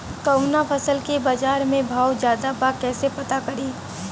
कवना फसल के बाजार में भाव ज्यादा बा कैसे पता करि?